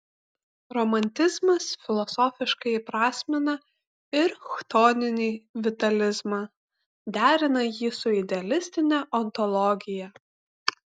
romantizmas filosofiškai įprasmina ir chtoninį vitalizmą derina jį su idealistine ontologija